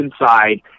inside